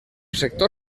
sector